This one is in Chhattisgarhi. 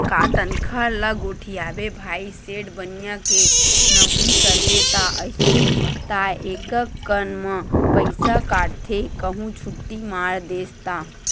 का तनखा ल गोठियाबे भाई सेठ बनिया के नउकरी करबे ता अइसने ताय एकक कन म पइसा काटथे कहूं छुट्टी मार देस ता